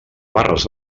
barres